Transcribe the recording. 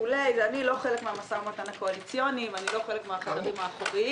אני לא חלק מן המשא ומתן הקואליציוני ואני לא חלק מן החדרים האחוריים.